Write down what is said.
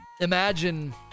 imagine